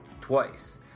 twice